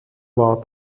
war